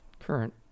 current